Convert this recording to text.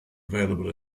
available